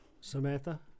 Samantha